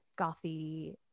gothy